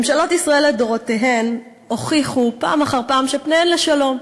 ממשלות ישראל לדורותיהן הוכיחו פעם אחר פעם שפניהן לשלום,